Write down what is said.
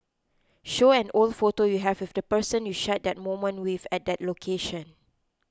show an old photo you have with the person you shared that moment with at that location